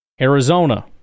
Arizona